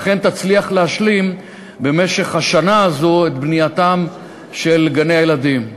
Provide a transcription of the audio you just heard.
ואכן תצליח להשלים במשך השנה הזו את בנייתם של גני-הילדים.